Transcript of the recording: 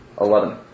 Eleven